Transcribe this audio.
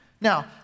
Now